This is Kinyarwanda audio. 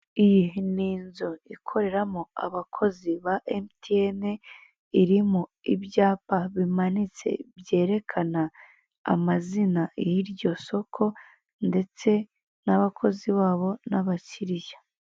Iyi ni inzu ikoreramo abakozi ba emutiyene, irimo ibyapa bimanitse, byerekana amazina y'iryo soko, ndetse n'abakozi babo, n'abakiriya.